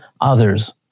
others